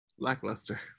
lackluster